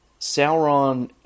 Sauron